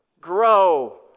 grow